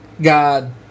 God